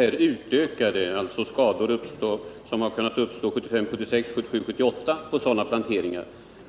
Skulle anslaget omfatta skador som uppstått under åren 1975-1978 på dessa planteringar,